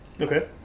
okay